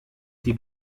die